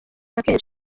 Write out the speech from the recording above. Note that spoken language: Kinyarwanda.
kenshi